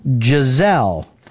Giselle